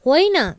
होइन